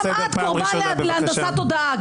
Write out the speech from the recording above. גם את קורבן להנדסת תודעה,